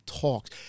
talks